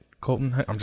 Colton